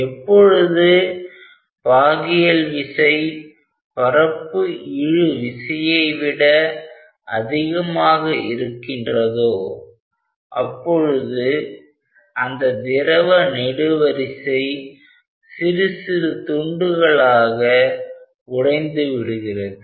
எப்பொழுது பாகியல் விசை பரப்பு இழு விசையை விட அதிகமாக இருக்கின்றதோ அப்பொழுது அந்த திரவ நெடுவரிசை சிறு சிறு துண்டுகளாக உடைந்து விடுகிறது